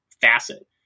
facet